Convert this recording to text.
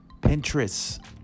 Pinterest